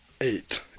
Eight